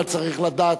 אבל צריך לדעת,